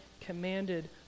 commanded